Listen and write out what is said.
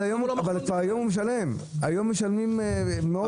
אבל היום הוא כבר משלם, היום משלמים מאות שקלים.